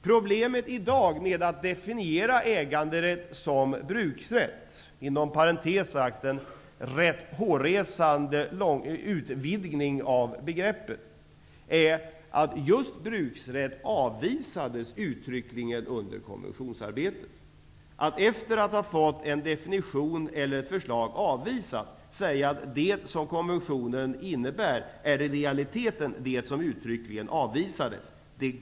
Problemet i dag är att definiera äganderätt som bruksrätt, vilket inom parentes sagt är en rätt hårresande laglig utvidgning av begreppet -- just begreppet bruksrätt avvisades uttryckligen under konventionsarbetet. Man kan nog inte, sedan man fått ett förslag om definition avvisat, utan ingående internationella överläggningar hävda att det som konventionen innebär i realiteten är det som uttryckligen avvisades.